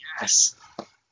yes